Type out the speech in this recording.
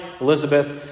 Elizabeth